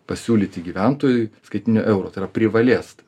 pasiūlyti gyventojui skaitmeninių eurų tai yra privalės